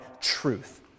truth